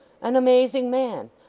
an amazing man!